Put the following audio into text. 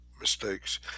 mistakes